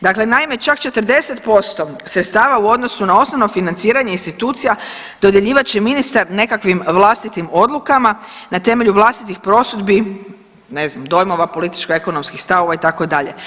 Dakle, naime čak 40% sredstava u odnosu na osnovno financiranje institucija dodjeljivat će ministar nekakvim vlastitim odlukama na temelju vlastitih prosudbi, ne znam dojmova, političko ekonomskih stavova itd.